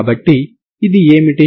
కాబట్టి ఇది ఏమిటి